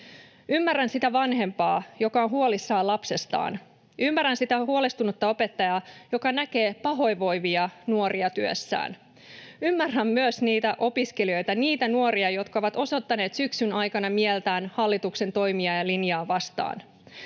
Ymmärrän sitä vanhempaa, joka on huolissaan lapsestaan. Ymmärrän sitä huolestunutta opettajaa, joka näkee pahoinvoivia nuoria työssään. Ymmärrän myös niitä opiskelijoita, niitä nuoria, jotka ovat osoittaneet syksyn aikana mieltään hallituksen linjaa vastaan.